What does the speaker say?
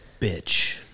Bitch